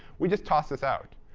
we just toss this out.